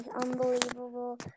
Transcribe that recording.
unbelievable